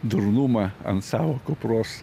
durnumą ant savo kupros